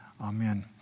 amen